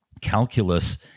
calculus